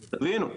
תבינו,